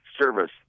service